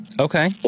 Okay